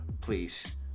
please